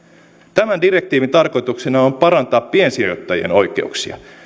tämän direktiivin tarkoituksena on parantaa piensijoittajien oikeuksia